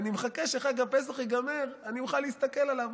אני מחכה שחג הפסח ייגמר ואני אוכל להסתכל עליו.